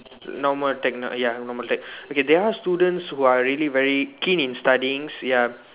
normal tech ya normal tech okay there are students who are really very keen in studying ya